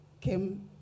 came